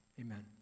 Amen